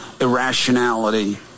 irrationality